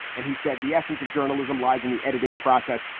and he said the essence of journalism lies in the editing process,